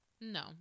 no